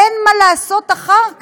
אין מה לעשות אחר כך,